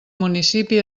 municipi